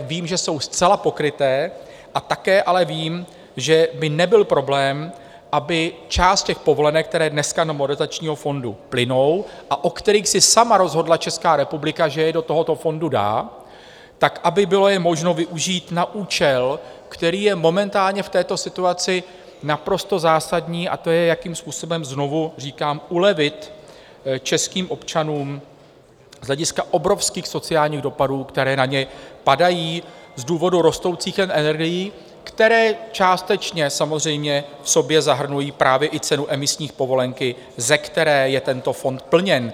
Vím, že jsou zcela pokryté, a také ale vím, že by nebyl problém, aby část těch povolenek, které dneska do Modernizačního fondu plynou a o kterých si sama rozhodla Česká republika, že je do tohoto fondu dá, bylo možno je využít na účel, který je momentálně v této situaci naprosto zásadní, a to je, jakým způsobem, znovu říkám, ulevit českým občanům z hlediska obrovských sociálních dopadů, které na ně padají z důvodu rostoucích cen energií, které částečně samozřejmě v sobě zahrnují právě i cenu emisní povolenky, ze které je tento fond plněn.